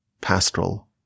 pastoral